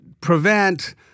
prevent